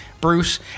Bruce